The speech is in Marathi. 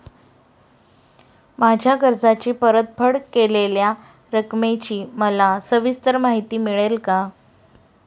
माझ्या कर्जाची परतफेड केलेल्या रकमेची मला सविस्तर माहिती मिळेल का?